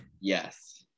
Yes